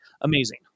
Amazing